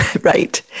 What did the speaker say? Right